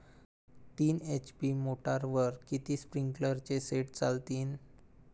तीन एच.पी मोटरवर किती स्प्रिंकलरचे सेट चालतीन?